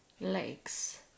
legs